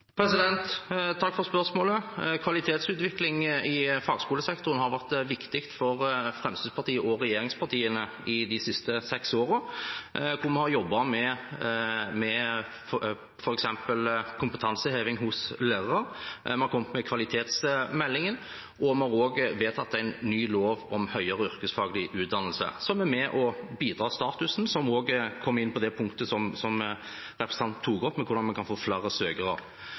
Takk for spørsmålet. Kvalitetsutvikling i fagskolesektoren har vært viktig for Fremskrittspartiet og regjeringspartiene de siste seks årene. Vi har jobbet med f.eks. kompetanseheving hos lærere, vi har kommet med kvalitetsmeldingen, og vi har også vedtatt en ny lov om høyere yrkesfaglig utdannelse – som er med på å bidra til status, og som også svarer på det punktet som representanten tok opp, om hvordan vi kan få flere søkere.